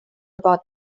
about